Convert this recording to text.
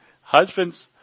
Husbands